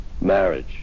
Marriage